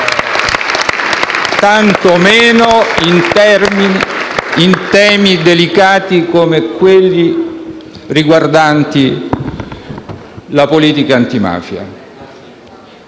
Tantomeno su temi delicati come quelli riguardanti la politica antimafia.